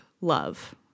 love